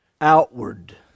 Outward